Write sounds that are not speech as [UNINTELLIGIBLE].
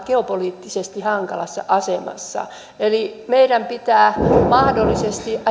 [UNINTELLIGIBLE] geopoliittisesti hankalassa asemassa eli meidän pitää mahdollisesti